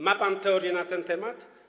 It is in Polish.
Ma pan teorię na ten temat?